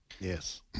Yes